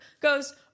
goes